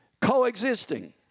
coexisting